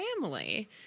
family